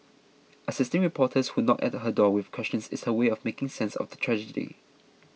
assisting reporters who knock at her door with questions is her way of making sense of the tragedy